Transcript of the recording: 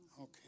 okay